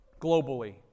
globally